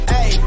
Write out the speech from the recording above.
Hey